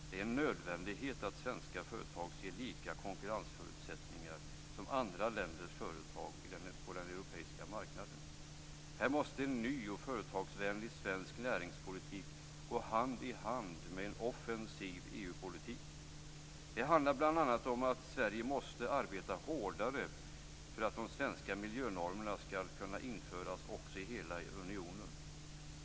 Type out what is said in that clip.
Det är en nödvändighet att svenska företag ges liknande konkurrensförutsättningar som andra länders företag på den europeiska marknaden. Här måste en ny och företagsvänlig svensk näringspolitik gå hand i hand med en offensiv EU-politik. Det handlar bl.a. om att Sverige måste arbeta hårdare för att de svenska miljönormerna skall kunna införas också i hela unionen.